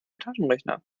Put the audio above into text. taschenrechner